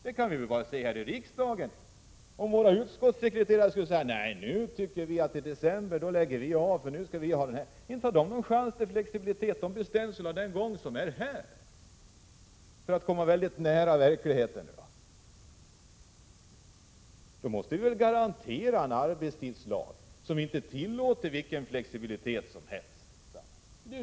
Hur skulle det exempelvis gå om några utskottssekreterare här i riksdagen sade att de lägger av i december och tar ledigt? Nej, de har inga möjligheter till flexibel arbetstid, utan måste anpassa sig till riksdagens arbetsbelastning. Vad det handlar om är att ni vill ha en arbetstidslag som inte tillåter vilken flexibilitet som helst.